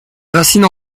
racines